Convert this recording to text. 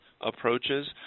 approaches